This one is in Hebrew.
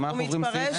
אנחנו עוברים סעיף-סעיף?